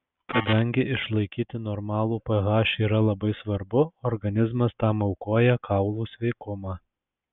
kadangi išlaikyti normalų ph yra labai svarbu organizmas tam aukoja kaulų sveikumą